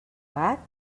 gat